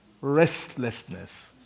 Restlessness